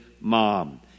mom